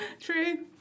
True